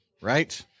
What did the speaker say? right